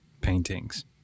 paintings